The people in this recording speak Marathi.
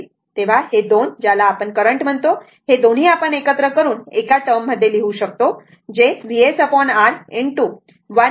तर हे 2 हे 2 ज्याला आपण करंट म्हणतो हे दोन्ही आपण एकत्र करून एका टर्म मध्ये लिहू शकतो जे VsR 1 e tT u आहे